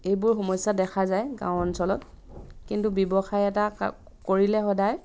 এইবোৰ সমস্যা দেখা যায় গাঁও অঞ্চলত কিন্তু ব্যৱসায় এটা কা কৰিলে সদায়